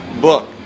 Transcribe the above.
book